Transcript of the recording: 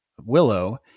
Willow